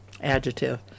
adjective